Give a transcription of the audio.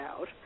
out